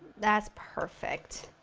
that's perfect!